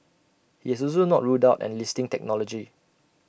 he has also not ruled out enlisting technology